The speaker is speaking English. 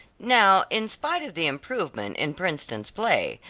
now in spite of the improvement in princeton's play,